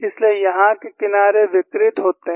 इसीलिए यहां के किनारे विकृत होते हैं